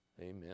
amen